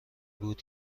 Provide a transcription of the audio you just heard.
بود